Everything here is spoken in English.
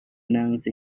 announce